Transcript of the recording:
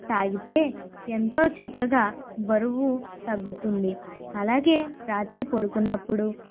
తాగితే ఎంతో చక్కగా బరువు తగ్గుతుంది అలాగే రాత్రి పడుకున్నప్పుడు